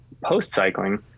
Post-cycling